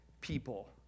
people